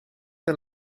wel